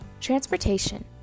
Transportation